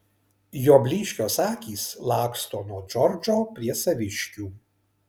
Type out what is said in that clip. jo blyškios akys laksto nuo džordžo prie saviškių